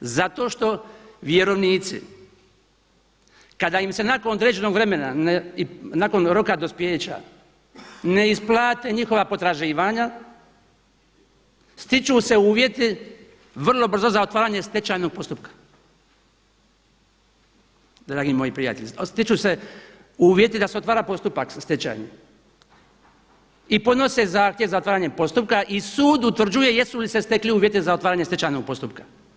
Zato što vjerovnici kada im se nakon određenog vremena i nakon roka dospijeća ne isplate njihova potraživanja stiču se uvjeti vrlo brzo za otvaranje stečajnog postupka, dragi moji prijatelji, stiču se uvjeti da se otvara postupak stečajni i podnose zahtjev za otvaranje postupka i sud utvrđuje jesu li se stekli uvjeti za otvaranje stečajnog postupka.